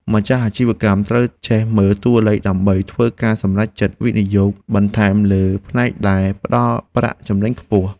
ម្ចាស់អាជីវកម្មត្រូវចេះមើលតួលេខដើម្បីធ្វើការសម្រេចចិត្តវិនិយោគបន្ថែមលើផ្នែកដែលផ្ដល់ប្រាក់ចំណេញខ្ពស់។